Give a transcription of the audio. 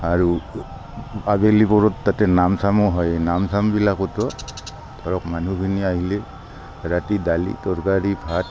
আৰু আবেলি পৰত তাতে নাম চামো হয় নাম চামবিলাকতো ধৰক মানুহখিনি আহিলে ৰাতি দালি তৰকাৰী ভাত